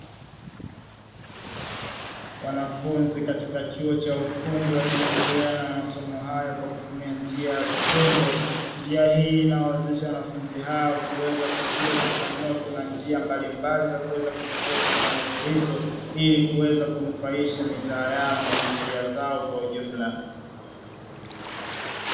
Wanafunzi katika chuo cha ufundi wakiendelea na masomo hayo kwa kutumia njia ya vitendo, njia hii inawawezesha wanafunzi hao kuweza kujua changamoto na njia mbalimbali ya kuweza kutatua changamoto hizo, ili kuweza kunufaisha mitaa yao na familia zao kwa ujumla.